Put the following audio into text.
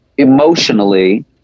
emotionally